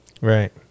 Right